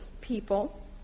people